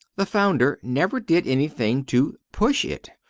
the founder never did anything to push it.